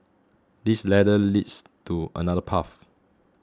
this ladder leads to another path